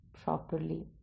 properly